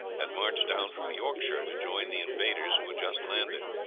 had marched down from yorkshire to join the invaders who had just landed.